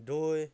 দৈ